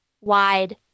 wide